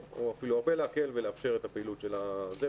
אפילו הרבה להקל ולאפשר את הפעילות של התוכניות האלו.